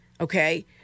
okay